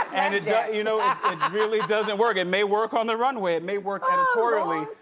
and it yeah you know really doesn't work. it may work on the runway, it may work on quarterly,